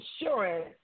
insurance